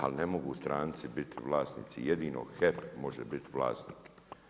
Ali, ne mogu stranci biti vlasnici, jedino HEP može biti vlasnik.